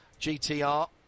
GTR